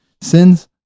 Sins